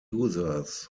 users